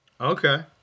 Okay